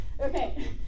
Okay